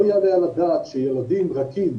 לא יעלה על הדעת שילדים רכים,